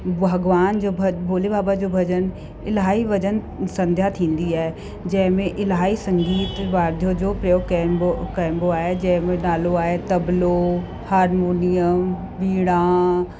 भॻवान जो भ भोलेबाबा जो भॼनु इलाही भॼन संध्या थींदी आहे जंहिं में इलाही संगीत वाद्य जो प्रयोग कबो कबो आहे जंहिं में नालो आहे तबलो हारमोनियम वीणा